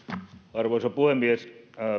arvoisa puhemies